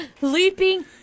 Leaping